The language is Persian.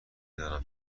دانم